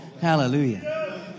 Hallelujah